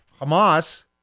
Hamas